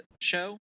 show